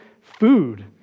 food